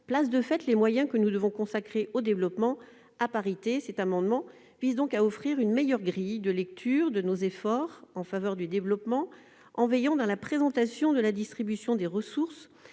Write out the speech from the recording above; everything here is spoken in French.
fait, à parité les moyens que nous devons consacrer au développement. Cet amendement vise donc à offrir une meilleure grille de lecture de nos efforts en faveur du développement, en veillant, dans la présentation de la distribution des ressources,